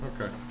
Okay